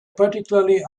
particularly